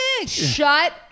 shut